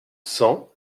cent